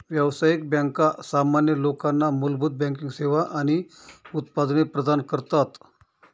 व्यावसायिक बँका सामान्य लोकांना मूलभूत बँकिंग सेवा आणि उत्पादने प्रदान करतात